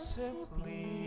simply